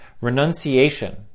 renunciation